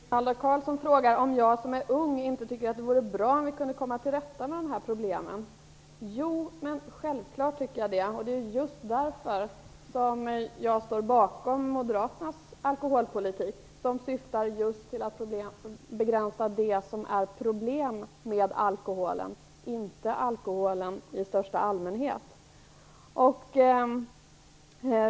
Herr talman! Rinaldo Karlsson frågar om jag som är ung inte tycker att det vore bra om vi kunde komma till rätta med de här problemen. Jo, självklart tycker jag det. Det är därför jag står bakom Moderaternas alkoholpolitik, som syftar just till att begränsa det som är problem med alkoholen - inte alkoholen i största allmänhet.